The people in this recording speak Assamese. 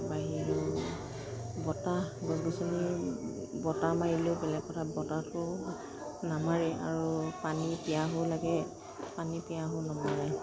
তাৰ বাহিৰেও বতাহ গছ গছনিৰ বতাহ মাৰিলেও বেলেগ কথা বতাহতো নামাৰেই আৰু পানী পিয়াহো লাগে পানী পিয়াহো নমৰে